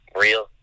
real